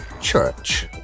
Church